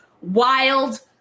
wild